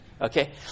Okay